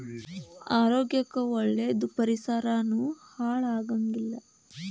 ಆರೋಗ್ಯ ಕ್ಕ ಒಳ್ಳೇದ ಪರಿಸರಾನು ಹಾಳ ಆಗಂಗಿಲ್ಲಾ